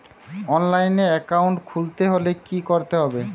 অনলাইনে একাউন্ট খুলতে হলে কি করতে হবে?